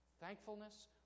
Thankfulness